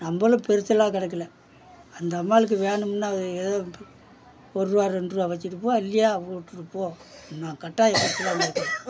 நம்மளும் பெருசெல்லாம் கணக்கில்லை அந்த அம்பாளுக்கு வேணும்னால் ஏதோ ஒருரூவா ரெண்டு ருபா வச்சுட்டு போ இல்லையா விட்ரு போ நான் கட்டாயப்படுத்தி வாங்குகிற